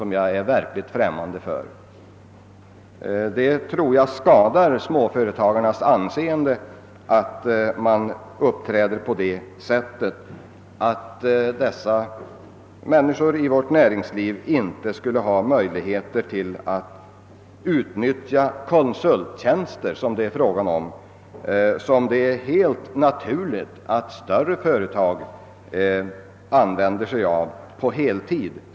Men det skadar nog bara småföretagarnas anseende att uppträda som om småföretagarna inte skulle kunna utnyttja konsulttjänster, som det är helt naturligt att större företag använder sig av på heltid.